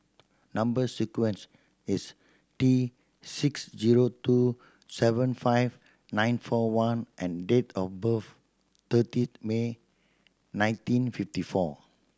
number sequence is T six zero two seven five nine four one and date of birth thirtieth May nineteen fifty four